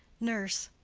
nurse.